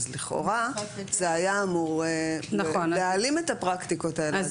אז לכאורה זה היה אמור להעלים את הפרקטיקות האלה,